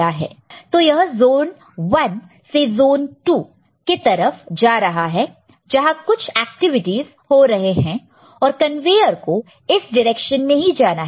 तो यह ज़ोन 1 से ज़ोन 2 एक तरफ जा रहा है जहां कुछ एक्टिविटीज हो रहे हैं और कन्वेयर को इस डिरेक्शॅन में ही जाना है